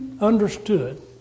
understood